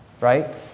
right